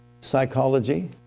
Psychology